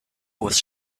was